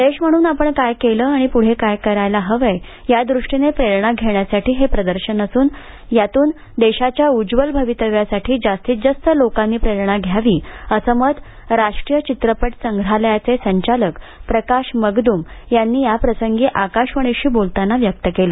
देश म्हणून आपण काय केलं आणि पुढे काय करायला हवंय या दृष्टीने प्रेरणा घेण्यासाठी हे प्रदर्शन असून या प्रदर्शनातून देशाच्या उज्ज्वल भवितव्यासाठी जास्तीत जास्त लोकांनी प्रेरणा घ्यावी असं मतं राष्ट्रीय चित्रपट संग्रहालयाचे संचालक प्रकाश मगद्रम यांनी याप्रसंगी आकाशवाणीशी बोलताना व्यक्त केलं